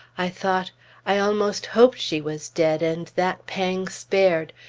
i thought i almost hoped she was dead, and that pang spared!